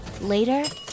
Later